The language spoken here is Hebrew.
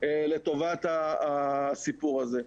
ונשמעים לטובת הסיפור הזה.